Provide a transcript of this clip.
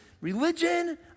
religion